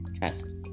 test